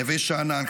נווה שאנן,